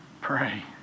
pray